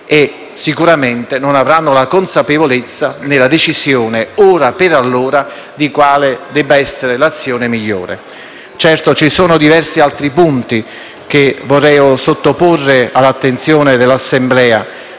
ma sicuramente non avranno la consapevolezza nella decisione, ora per allora, di quale dovrà essere l'azione migliore. Certo, ci sarebbero diversi altri punti che vorrei sottoporre all'attenzione dell'Assemblea